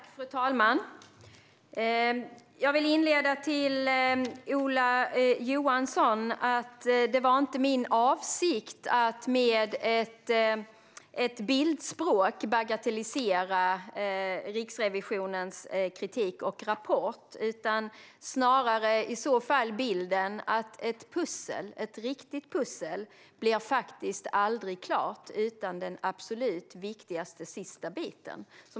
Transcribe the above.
Fru talman! Jag inleder med att vända mig till Ola Johansson. Det var inte min avsikt att med ett bildspråk bagatellisera Riksrevisionens kritik och rapport. Snarare handlar det om bilden att ett riktigt pussel faktiskt aldrig blir klart utan den absolut viktigaste sista biten.